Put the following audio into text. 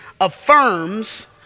affirms